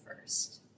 first